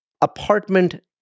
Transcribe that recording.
apartment